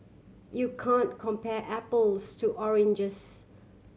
you can compare apples to oranges